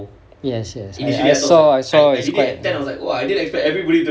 yes yes I saw I saw it's quite um